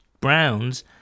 Browns